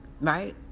Right